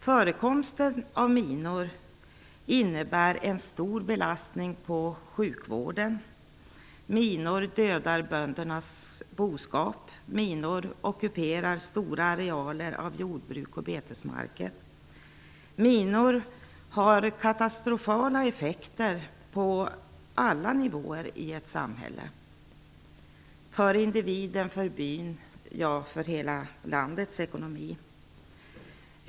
Förekomsten av minor innebär en stor belastning på sjukvården, de dödar böndernas boskap och ockuperar stora arealer av jordbruksoch betesmarker. Minor har katastrofala effekter på alla nivåer i ett samhälle; för individen, för byn och för hela landets ekonomi.